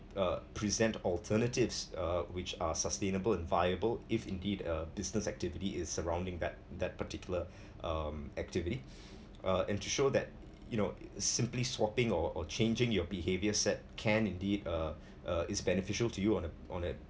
uh present alternatives uh which are sustainable and viable if indeed a business activity is surrounding that that particular um activity uh and to show that you know simply swapping or or changing your behaviour set can indeed uh uh it's beneficial to you on uh on a